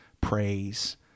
praise